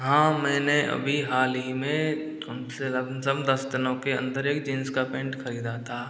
हाँ मैंने अभी हाल ही में कम से लम सम दस दिनों के अंदर एक जींस का पैंट खरीदा था